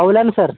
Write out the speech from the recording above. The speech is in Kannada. ಪೌಲನ್ ಸರ್